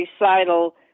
recital